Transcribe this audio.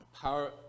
power